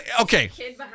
okay